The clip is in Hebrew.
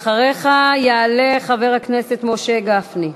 אחריך יעלה חבר הכנסת משה גפני.